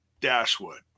Dashwood